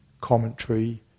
commentary